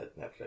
Netflix